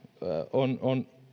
on on